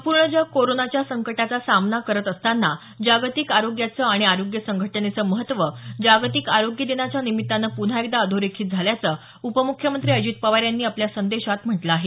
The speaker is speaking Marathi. संपूर्ण जग कोरोनाच्या संकटाचा सामना करत असताना जागतिक आरोग्याचं आणि आरोग्य संघटनेचं महत्त्व जागतिक आरोग्य दिनाच्या निमित्तानं पुन्हा एकदा अधोरेखित झाल्याचं उपम्ख्यमंत्री अजित पवार यांनी आपल्या संदेशात म्हटलं आहे